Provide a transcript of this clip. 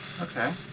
okay